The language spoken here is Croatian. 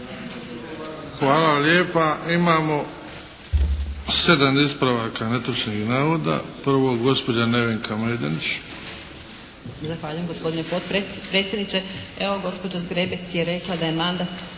Hvala lijepa. Imamo 7 ispravaka netočnih navoda. Prvo, gospođa Nevenka Majdenić. **Majdenić, Nevenka (HDZ)** Zahvaljujem gospodine potpredsjedniče. Evo gospođa Zgrebec je rekla da je mandat